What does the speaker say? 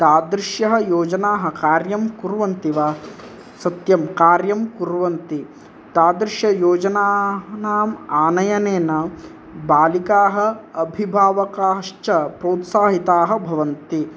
तादृश्यः योजनाः कार्यं कुर्वन्ति वा सत्यं कार्यं कुर्वन्ति तादृशयोजनानाम् आनयनेन बालिकाः अभिभावकाश्च प्रोत्साहिताः भवन्ति